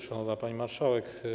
Szanowna Pani Marszałek!